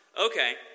Okay